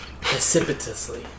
precipitously